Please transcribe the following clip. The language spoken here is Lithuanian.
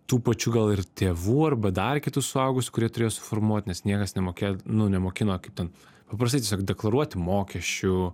tų pačių gal ir tėvų arba dar kitų suaugusiųjų kurie turėjo suformuot nes niekas nemokėjo nu nemokino kaip ten paprastai tiesiog deklaruoti mokesčių